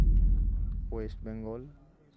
West Bengal